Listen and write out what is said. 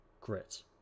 grit